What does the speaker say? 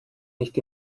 nicht